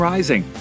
Rising